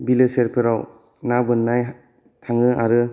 बिलो सेरफोराव ना बोननाय थांयो आरो